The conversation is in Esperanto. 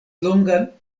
longan